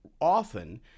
often